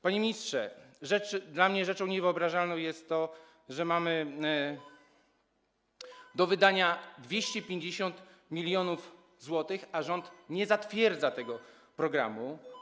Panie ministrze, dla mnie rzeczą niewyobrażalną jest to, że mamy do wydania 250 mln zł, a rząd nie zatwierdza tego programu.